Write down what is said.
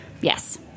Yes